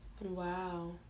wow